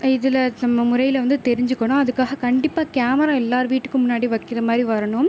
இதில் முறையில் வந்து தெரிஞ்சுக்கனும் அதுக்காக கண்டிப்பாக கேமரா எல்லார் வீட்டுக்கும் முன்னாடி வைக்கின்ற மாதிரி வரணும்